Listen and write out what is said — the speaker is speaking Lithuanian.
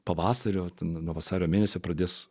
pavasario ten nuo vasario mėnesio pradės